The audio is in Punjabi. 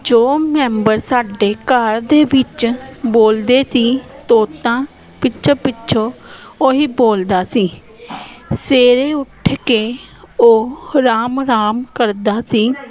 ਜੋ ਮੈਂਬਰ ਸਾਡੇ ਘਰ ਦੇ ਵਿੱਚ ਬੋਲਦੇ ਸੀ ਤੋਤਾ ਪਿੱਛੇ ਪਿੱਛੇ ਉਹ ਹੀ ਬੋਲਦਾ ਸੀ ਸਵੇਰੇ ਉੱਠ ਕੇ ਉਹ ਰਾਮ ਰਾਮ ਕਰਦਾ ਸੀ